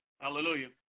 hallelujah